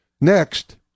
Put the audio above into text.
Next